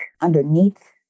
underneath